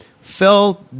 fell